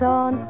on